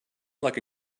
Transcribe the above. like